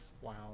Wow